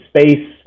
space